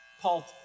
Paul